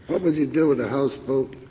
what would you do with a houseboat?